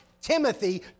Timothy